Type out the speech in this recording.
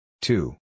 Two